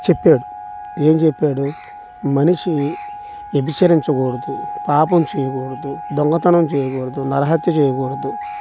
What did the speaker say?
చెప్పాడు ఏం చెప్పాడు మనిషి వ్యభిచరించకూడదు పాపం చేయకూడదు దొంగతనం చేయకూడదు నరహత్య చేయకూడదు